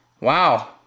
Wow